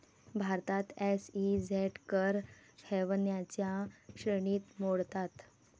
भारतात एस.ई.झेड कर हेवनच्या श्रेणीत मोडतात